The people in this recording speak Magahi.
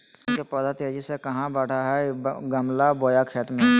आम के पौधा तेजी से कहा बढ़य हैय गमला बोया खेत मे?